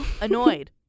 annoyed